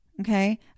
Okay